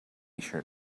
tshirt